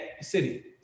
city